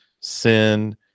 sin